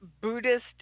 Buddhist